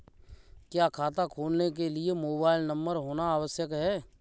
क्या खाता खोलने के लिए मोबाइल नंबर होना आवश्यक है?